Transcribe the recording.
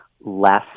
less